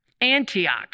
Antioch